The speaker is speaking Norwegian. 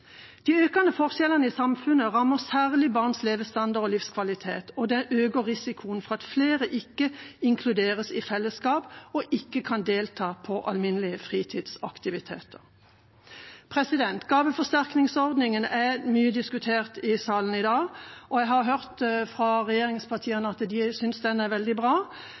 De økende forskjellene i samfunnet rammer særlig barns levestandard og livskvalitet, og det øker risikoen for at flere ikke inkluderes i fellesskap og ikke kan delta på alminnelige fritidsaktiviteter. Gaveforsterkningsordningen er mye diskutert i salen i dag, og jeg har hørt fra regjeringspartiene at de syns den er veldig bra.